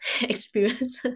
experience